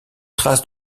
traces